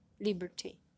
Liberty